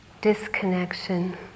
disconnection